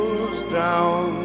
down